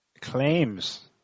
claims